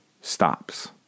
stops